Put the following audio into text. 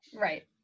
right